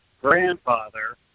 grandfather